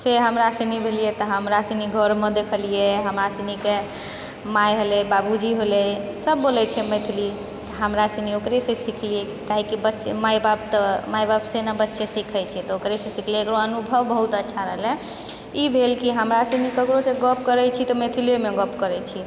से हर सुनी गेलियै तऽ हमरा घरमे देखलियै हमरा सुनीके माय होलै बाबूजी होलै सब बोलै छै मैथली हमरा सुनी ओकरेसँ सीखलियै काहे कि बच्चे माय बापके माय बाप सँ ने बच्चे सीखै छै किआकि ओकरेसँ सीखले रहू अनुभव बहुत अच्छा लगलै ई भेल की हमरा कुनो ककरो सँ गप करै छी तऽ मिथिलेमे गप करै छी